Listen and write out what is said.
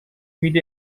مید